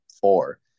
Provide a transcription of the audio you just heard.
Four